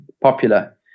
popular